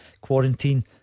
quarantine